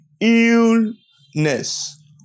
illness